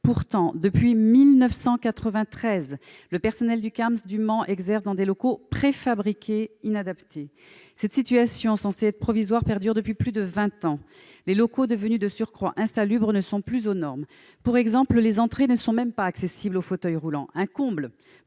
Pourtant, depuis 1993, le personnel du Camsp du Mans exerce dans des locaux préfabriqués inadaptés. Cette situation, censée être provisoire, perdure depuis plus de vingt ans. Les locaux, devenus de surcroît insalubres, ne sont plus aux normes. Pour exemple, les entrées ne sont même pas accessibles aux fauteuils roulants : un comble